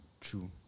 True